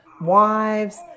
wives